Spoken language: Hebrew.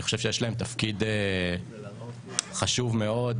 אני חושב שיש להם תפקיד חשוב מאוד.